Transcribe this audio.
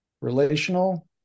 relational